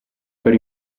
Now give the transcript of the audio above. per